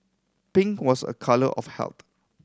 pink was a colour of health